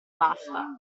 basta